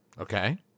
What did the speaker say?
Okay